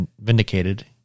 vindicated